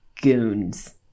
goons